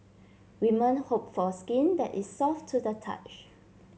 women hope for skin that is soft to the touch